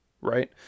right